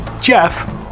Jeff